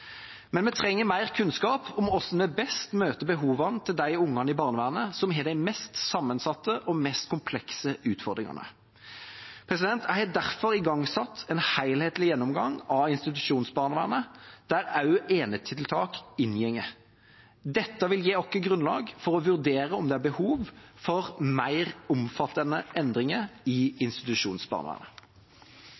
Men vi trenger mer kunnskap om hvordan vi best møter behovene til de barna i barnevernet som har de mest sammensatte og mest komplekse utfordringene. Jeg har derfor igangsatt en helhetlig gjennomgang av institusjonsbarnevernet, der også enetiltak inngår. Dette vil gi oss grunnlag for å vurdere om det er behov for mer omfattende endringer i